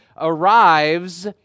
arrives